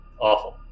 Awful